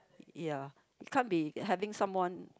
ya it can't be having someone